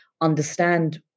understand